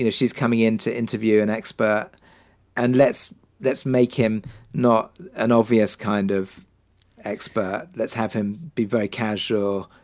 you know she's coming in to interview an expert and let's let's make him not an obvious kind of expert. let's have him be very casual,